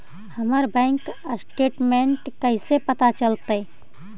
हमर bank statement कैसे पता चलतै?